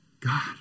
God